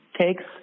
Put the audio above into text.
takes